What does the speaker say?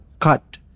cut